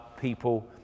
people